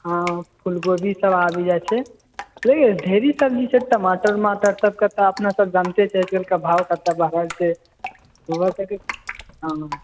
हँ फूल गोभीसभ आबि जाइत छै नहि नहि ढेरी सब्जी छै टमाटर उमाटरसभके तऽ अपनासभ जनिते छियै आइकाल्हिके भाव कतेक बढ़ल छै ओहो सभके हँ